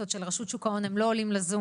בורנשטיין מעיני הישועה ד"ר זיו